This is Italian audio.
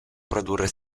produrre